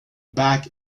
back